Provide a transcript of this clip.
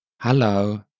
hello